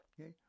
Okay